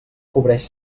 cobreix